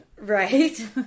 Right